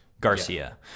Garcia